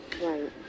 Right